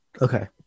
Okay